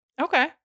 Okay